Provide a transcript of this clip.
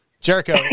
Jericho